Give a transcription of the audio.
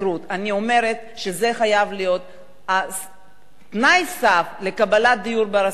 אני אומרת שזה חייב להיות תנאי סף לקבלת דיור בר-השגה,